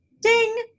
ding